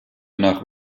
nach